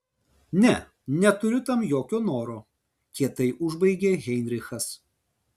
ne neturiu tam jokio noro kietai užbaigė heinrichas